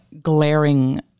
glaring